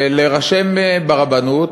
להירשם ברבנות,